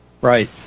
Right